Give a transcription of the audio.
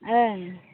ओं